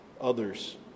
others